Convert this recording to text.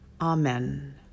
Amen